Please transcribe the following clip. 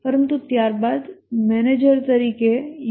પરંતુ ત્યારબાદ મેનેજર તરીકે યુ